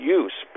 use